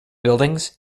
buildings